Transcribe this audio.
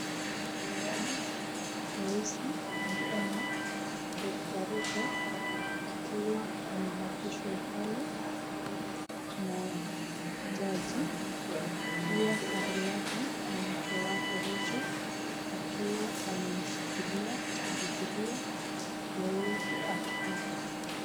tunaona rais wa Kenya Dr. Ruto akiwa anahabishwa pale na jaji Pia kando yake ni mke wake Rachel akiwa amemshikilia Bibilia yeye akiapa.